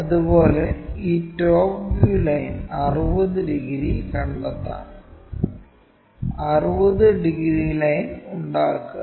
അതുപോലെ ഈ top view line 60 degree കണ്ടെത്താം 60 ഡിഗ്രി ലൈൻ ഉണ്ടാക്കുക